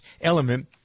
element